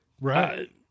right